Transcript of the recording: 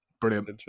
brilliant